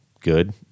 good